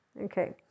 Okay